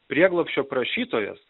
prieglobsčio prašytojas